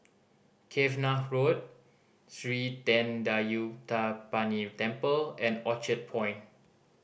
Cavenagh Road Sri Thendayuthapani Temple and Orchard Point